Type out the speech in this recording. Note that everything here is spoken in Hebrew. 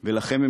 ולכם,